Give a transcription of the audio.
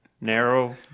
Narrow